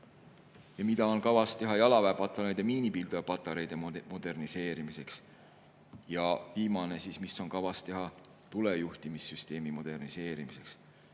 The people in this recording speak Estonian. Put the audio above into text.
Mida on kavas teha jalaväepataljonide miinipildujapatareide moderniseerimiseks? Ja viimane: mida on kavas teha tulejuhtimissüsteemi moderniseerimiseks?